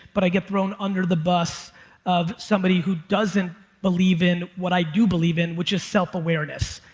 but i get thrown under the bus of somebody who doesn't believe in what i do believe in, which is self-awareness.